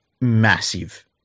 massive